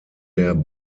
der